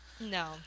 No